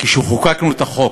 כשחוקקנו את החוק.